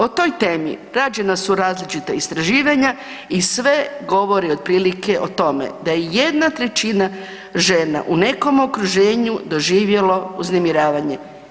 O toj temi rađena su različita istraživanja i sve govori otprilike o tome da je 1/3 žena u nekom okruženja doživjelo uznemiravanje.